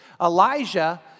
Elijah